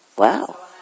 Wow